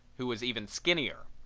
who was even skinnier.